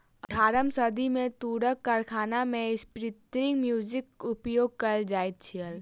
अट्ठारम सदी मे तूरक कारखाना मे स्पिन्निंग म्यूल उपयोग कयल जाइत छल